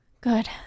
Good